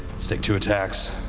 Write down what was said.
let's take two attacks,